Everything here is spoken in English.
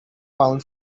pound